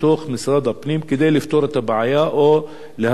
כדי לפתור את הבעיה או להסיר את אבן הנגף